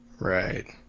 right